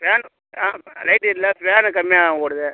fan ஆ light எரியல fan கம்மியாக ஓடுது